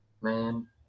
man